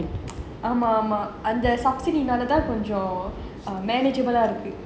ஆமா ஆமா அந்த:aamaa aamaa antha subsidy நால தான் கொஞ்சம் இருக்கு:naala thaan konjam irukku